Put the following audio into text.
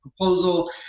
proposal